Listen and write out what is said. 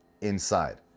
inside